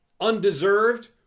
undeserved